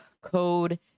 code